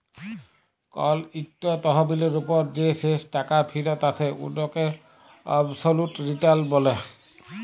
call ইকট তহবিলের উপর যে শেষ টাকা ফিরত আসে উটকে অবসলুট রিটার্ল ব্যলে